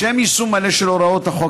לשם יישום מלא של הוראות החוק,